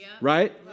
Right